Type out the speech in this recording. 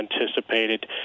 anticipated